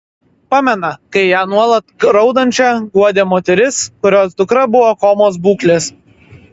pamena kai ją nuolat raudančią guodė moteris kurios dukra buvo komos būklės